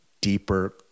deeper